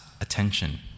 attention